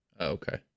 okay